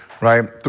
right